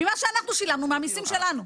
ממה שאנחנו שילמנו, מהמיסים שלנו.